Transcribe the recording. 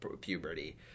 puberty